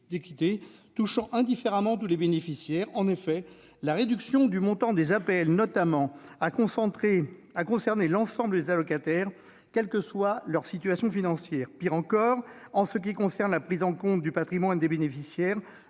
d'équité touchant indifféremment tous les bénéficiaires. En effet, la réduction du montant des APL, notamment, a concerné l'ensemble des allocataires, quelle que soit leur situation financière. Pis encore, en ce qui concerne la prise en compte du patrimoine des bénéficiaires,